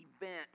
event